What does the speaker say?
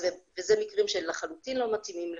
ואלה מקרים שהם לחלוטין לא מתאימים לפקס.